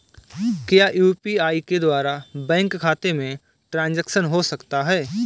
क्या यू.पी.आई के द्वारा बैंक खाते में ट्रैन्ज़ैक्शन हो सकता है?